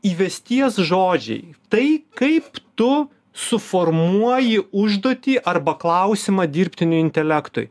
įvesties žodžiai tai kaip tu suformuoji užduotį arba klausimą dirbtiniui intelektui